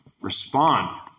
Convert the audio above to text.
respond